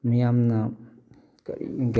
ꯃꯤꯌꯥꯝꯅ